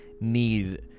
need